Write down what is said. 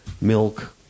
milk